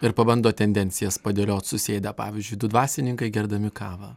ir pabando tendencijas padėliot susėdę pavyzdžiui du dvasininkai gerdami kavą